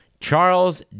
Charles